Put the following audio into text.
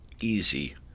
Easy